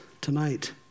tonight